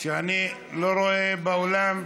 שאני לא רואה באולם.